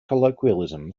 colloquialism